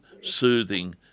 soothing